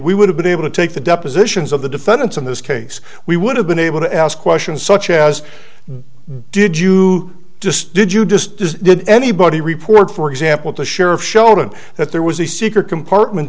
we would have been able to take the depositions of the defendants in this case we would have been able to ask questions such as be did you just did you just did anybody report for example to sheriff showed him that there was a secret compartment